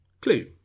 Clue